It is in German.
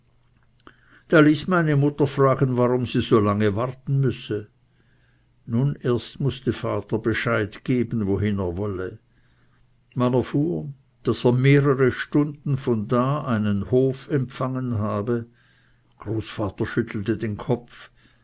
da ließ meine mutter fragen warum sie so lange warten müsse nun erst mußte vater bescheid geben wohin er wolle man erfuhr daß er mehrere stunden von da einen hof empfangen habe großvater schüttelte den kopf